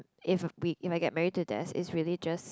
if we if I get married to death it's really just